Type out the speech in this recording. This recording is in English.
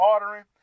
ordering